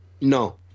No